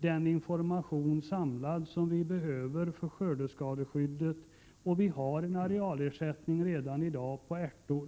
Den information som vi behöver för skördeskadeskyddet finns samlad, och vi har redan i dag en arealerättning när det gäller ärtor.